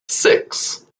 six